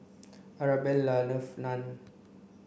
Arabella loves Naan